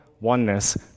oneness